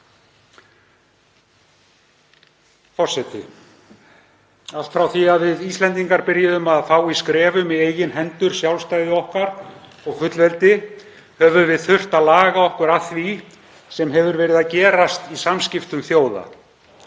Forseti. Allt frá því að við Íslendingar byrjuðum að fá í skrefum í eigin hendur sjálfstæði okkar og fullveldi höfum við þurft að laga okkur að því sem hefur verið að gerast í samskiptum þjóða.